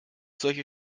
solche